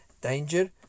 danger